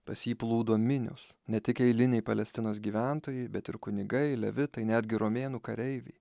pas jį plūdo minios ne tik eiliniai palestinos gyventojai bet ir kunigai levitai netgi romėnų kareiviai